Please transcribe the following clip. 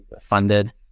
funded